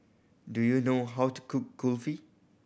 do you know how to cook Kulfi